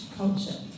culture